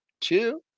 two